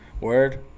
Word